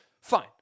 fine